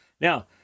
now